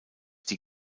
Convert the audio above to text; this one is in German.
die